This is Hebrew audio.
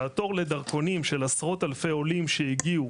שהתור לדרכונים של עשרות אלפי עולים שהגיעו,